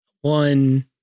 one